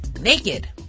naked